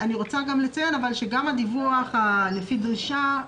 אני רוצה לציין שגם הדיווח לפי דרישה,